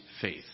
faith